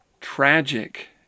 tragic